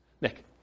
Nick